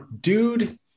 Dude